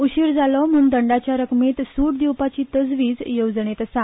उशीर जालो म्हण दंडाच्या रकमेत स्ट दिवपाची तजवीज येवजणेत आसा